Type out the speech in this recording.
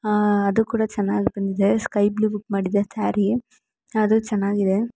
ಅದು ಕೂಡ ಚೆನ್ನಾಗಿ ಬಂದಿದೆ ಸ್ಕೈ ಬ್ಲು ಬುಕ್ ಮಾಡಿದ್ದೆ ಸಾರೀ ಅದೂ ಚೆನ್ನಾಗಿದೆ